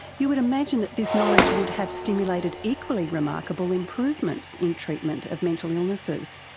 you would imagine that this knowledge would have stimulated equally remarkable improvements in treatment of mental illnesses,